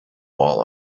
wall